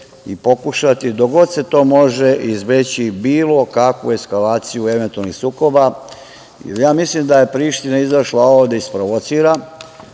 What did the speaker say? i pokušati, dok god se to može, izbeći bilo kakvu eskalaciju eventualnih sukoba, jer ja mislim da je Priština izašla ovo da isprovocira